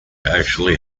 actually